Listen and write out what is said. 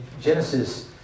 Genesis